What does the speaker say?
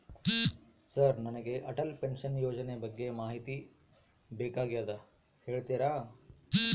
Sir ನನಗೆ Atal pension ಯೋಜನೆ ಬಗ್ಗೆ ಮಾಹಿತಿ ಬೇಕಾಗ್ಯದ ಹೇಳ್ತೇರಾ?